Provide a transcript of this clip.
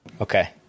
Okay